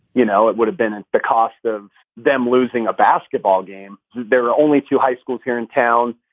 you know, it would have been and the cost of them losing a basketball game. there are only two high schools here in town.